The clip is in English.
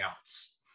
else